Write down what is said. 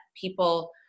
people